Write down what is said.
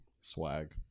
Swag